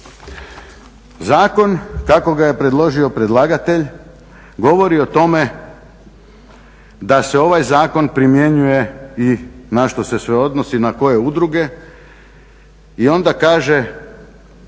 Zakon kako ga je predložio predlagatelj govori o tome da se ovaj zakon primjenjuje i na što se sve odnosi, na koje udruge, i onda kaže